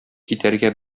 китәргә